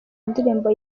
ndirimbo